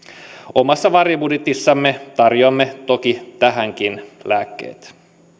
omassa varjobudjetissamme tarjoamme toki tähänkin lääkkeet